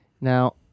Now